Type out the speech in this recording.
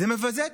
זה מבזה את